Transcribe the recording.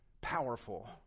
powerful